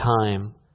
time